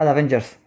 Avengers